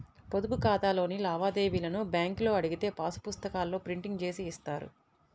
పొదుపు ఖాతాలోని లావాదేవీలను బ్యేంకులో అడిగితే పాసు పుస్తకాల్లో ప్రింట్ జేసి ఇస్తారు